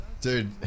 Dude